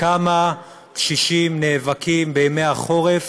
כמה קשישים נאבקים בימי החורף